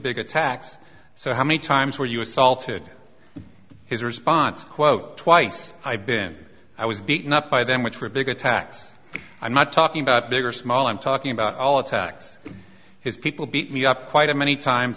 big attacks so how many times were you assaulted his response quote twice i've been i was beaten up by them which were big attacks i'm not talking about big or small i'm talking about all attacks his people beat me up quite a many times